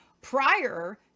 prior